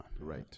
Right